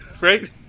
right